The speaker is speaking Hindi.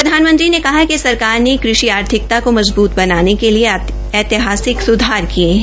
प्रधानमंत्री ने कहा कि सरकार ने कृषि आर्थिकता को मजबूत बनाने के लिए ऐतिहासिक सुधार किये है